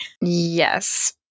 Yes